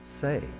say